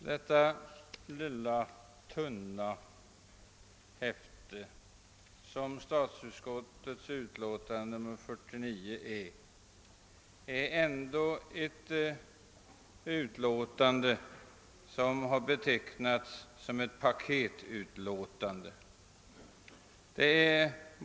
Herr talman! Statsutskottets utlåtande nr 49 utgör ett litet tunt häfte men har ändå betecknats som ett paketutlåtande.